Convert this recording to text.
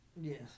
Yes